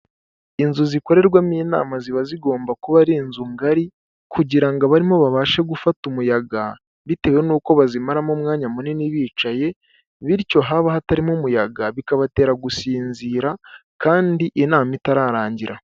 Inzu zikorerwamo inama ziba zigomba kuba ari inzu ngari kugira ngo abarimo babashe gufata umuyaga bitewe n'uko bazimaramo umwanya munini bicaye bityo haba hatarimo umuyaga bikabatera gusinzira kandi inama itararangira.